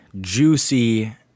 juicy